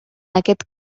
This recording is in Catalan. aquest